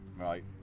Right